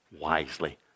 wisely